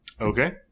Okay